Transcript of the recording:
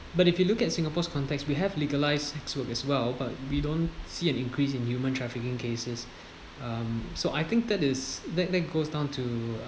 but if you look at singapore's context we have legalised sex work as well but we don't see an increase in human trafficking cases um so I think that is that that goes down to